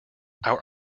our